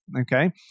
okay